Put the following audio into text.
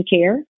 care